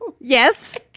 Yes